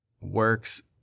works